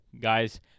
guys